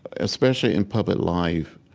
especially in public life,